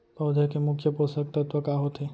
पौधे के मुख्य पोसक तत्व का होथे?